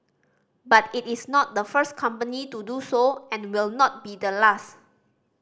but it is not the first company to do so and will not be the last